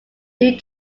new